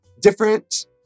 Different